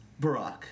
Barack